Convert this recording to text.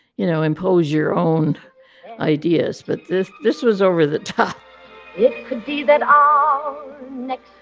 you know, impose your own ideas. but this this was over-the-top it could be that our next